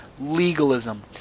Legalism